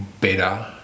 better